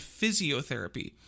physiotherapy